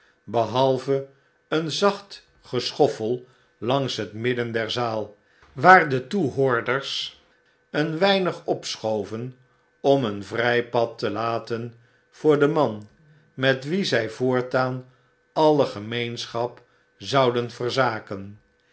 behalve een zacht geschoffel langs het midden der zaal waar de toehoorders een weinig opschoven om een vrij pad te laten voor den man met wien zij voortaan alle gemeenschap zouden verzaken